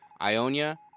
Ionia